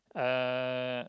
uh